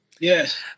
Yes